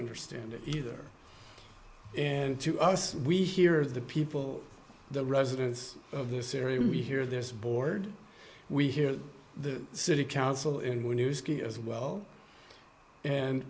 understand it either and to us we here are the people the residents of this area we hear this board we hear the city council in when you ski as well and